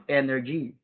energy